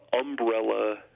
umbrella